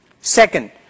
Second